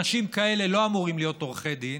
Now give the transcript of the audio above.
אנשים כאלה לא אמורים להיות עורכי דין,